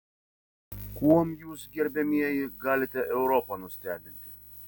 kuom jūs gerbiamieji galite europą nustebinti